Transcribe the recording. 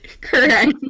correct